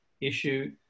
issue